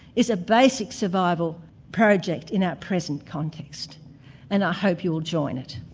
is a basic survival project in our present context and i hope you'll join it.